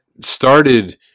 started